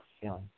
feeling